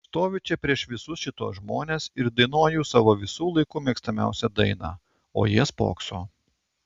stoviu čia prieš visus šituos žmones ir dainuoju savo visų laikų mėgstamiausią dainą o jie spokso